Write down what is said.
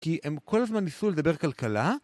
כי הם כל הזמן ניסו לדבר כלכלה.